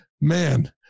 man